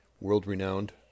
world-renowned